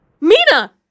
Mina